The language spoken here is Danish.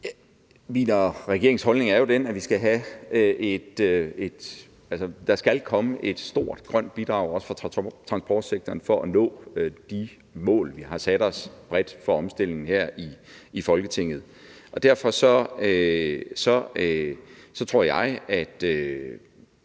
Min og regeringens holdning er jo den, at der skal komme et stort grønt bidrag, også fra transportsektoren, for at nå de mål, vi har sat os bredt her i Folketinget for omstillingen. Derfor tror jeg, at